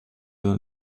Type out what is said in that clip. will